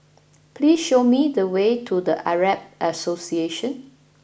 please show me the way to the Arab Association